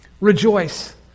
rejoice